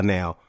now